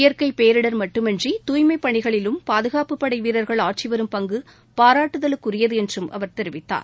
இயற்கை பேரிடர் மட்டுமன்றி தூய்மைப் பணிகளிலும் பாதுகாப்புப் படை வீரர்கள் ஆற்றி வரும் பங்கு பாராட்டுதலுக்குரியது என்றும் அவர் தெரிவித்தார்